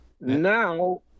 Now